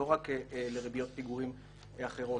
לא רק לריביות פיגורים אחרות,